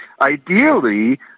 ideally